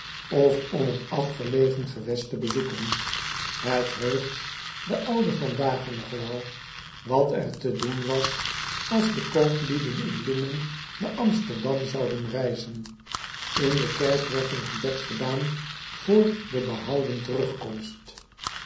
of om het afgelegen gewest te bezoeken et heugt den ouden van dagen nog wel wat er te doen was als de kooplieden in linnen naar msterdam zouden reizen n de kerk werd een gebed gedaan voor de behouden terugkomst